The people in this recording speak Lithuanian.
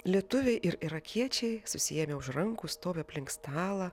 lietuviai ir irakiečiai susiėmę už rankų stovi aplink stalą